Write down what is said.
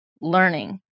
learning